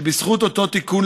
ובזכות אותו תיקון,